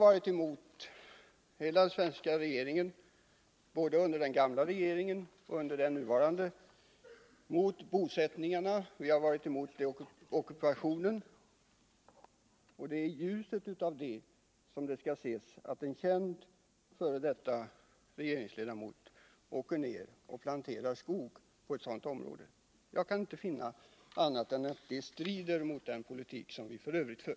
Både den gamla regeringen och den nuvarande har varit motståndare till ockupationen och bosättningen i området, och det är i ljuset av detta som en känd f. d. regeringsledamots resa för att plantera skog på ett sådant område skall ses. Jag kan inte finna annat än att detta strider mot den politik som vi förför.